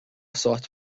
sorte